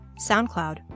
SoundCloud